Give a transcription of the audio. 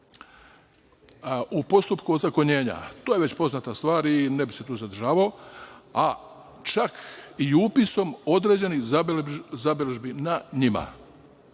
u postupku ozakonjenja. To je već poznata stvar i ne bih se tu zadržavao. Čak i upisom određenih zabeležbi na njima.